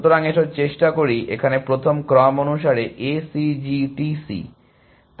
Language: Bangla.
সুতরাং এসো চেষ্টা করি এখানে প্রথম ক্রম অনুসারে A C G T C